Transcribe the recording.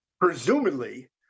Presumably